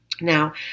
now